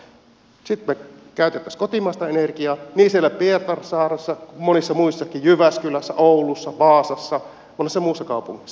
sitten me käyttäisimme kotimaista energiaa niin siellä pietarsaaressa kuin jyväskylässä oulussa vaasassa ja monessa muussa kaupungissa